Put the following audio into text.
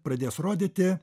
pradės rodyti